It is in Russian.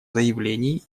заявлений